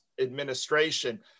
administration